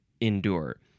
endure